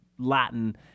Latin